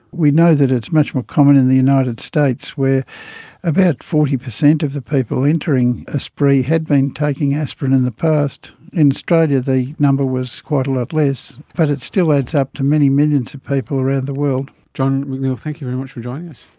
we know that it's much more common in the united states where about forty percent of the people entering aspree had been taking aspirin in the past. in australia the number was quite a lot less, but it still adds up to many millions of people around the world. john mcneil, thank you very much for joining us.